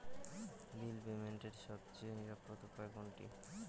বিল পেমেন্টের সবচেয়ে নিরাপদ উপায় কোনটি?